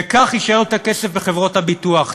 וכך יישאר יותר כסף בחברות הביטוח.